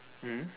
mm